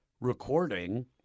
recording